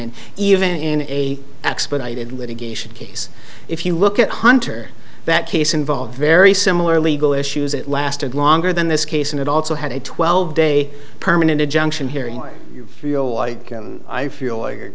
in even in a expedited litigation case if you look at hunter that case involved very similar legal issues it lasted longer than this case and it also had a twelve day permanent injunction hearing you feel like i feel like you're